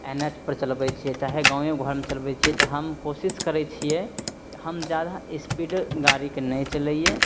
N H पर चलबै छियै चाहे गावेँ घरमे चलबै छियै तऽ हम कोशिश करै छियै हम जादा एस्पीड गाड़ीके नहि चलैयै